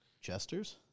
Chester's